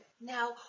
Now